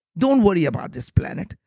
don't worry about this planet.